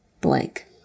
Blank